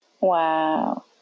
wow